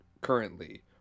currently